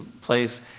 place